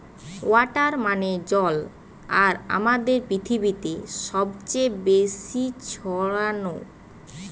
water মানে জল আর আমাদের পৃথিবীতে সবচে বেশি ছড়ানো